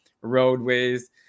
roadways